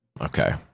Okay